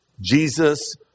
Jesus